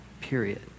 period